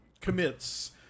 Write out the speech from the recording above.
commits